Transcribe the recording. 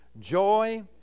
joy